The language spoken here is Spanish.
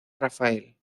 rafael